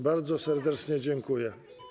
Bardzo serdecznie dziękuję.